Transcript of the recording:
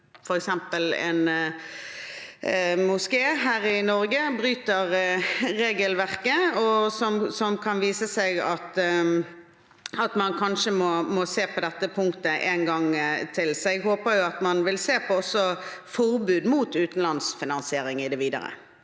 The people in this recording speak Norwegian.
f.eks. en moské her i Norge bryter regelverket. Da kan det vise seg at man kanskje må se på dette punktet en gang til. Jeg håper at man også vil se på forbud mot utenlandsk finansiering i det videre.